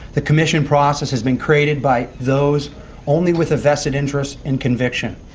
the commission process has been created by those only with a vested interest in conviction.